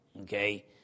okay